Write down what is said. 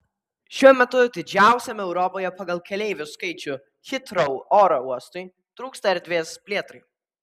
šiuo metu didžiausiam europoje pagal keleivių skaičių hitrou oro uostui trūksta erdvės plėtrai